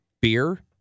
Beer